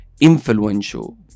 influential